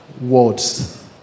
words